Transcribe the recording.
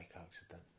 accident